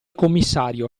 commissario